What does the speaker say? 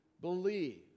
believe